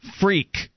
freak